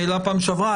העלה בפעם שעברה,